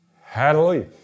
Hallelujah